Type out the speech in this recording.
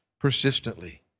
persistently